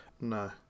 no